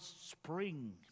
spring